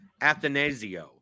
Athanasio